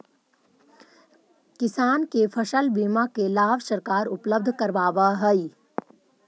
किसान के फसल बीमा के लाभ सरकार उपलब्ध करावऽ हइ